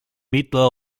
mittel